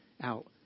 out